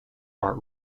art